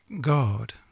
God